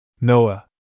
Noah